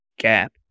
gap